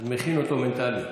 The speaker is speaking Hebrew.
מכין אותו בינתיים.